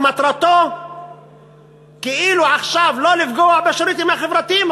שמטרתו כאילו עכשיו לא לפגוע בשירותים החברתיים,